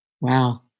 Wow